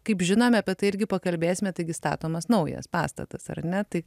kaip žinome apie tai irgi pakalbėsime taigi statomas naujas pastatas ar ne tai